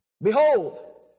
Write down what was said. Behold